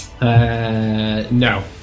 no